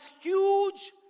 huge